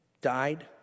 died